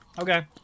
Okay